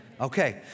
Okay